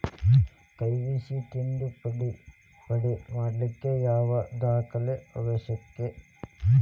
KYC ತಿದ್ದುಪಡಿ ಮಾಡ್ಲಿಕ್ಕೆ ಯಾವ ದಾಖಲೆ ಅವಶ್ಯಕ?